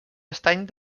estany